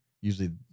usually